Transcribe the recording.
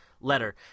letter